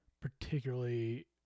particularly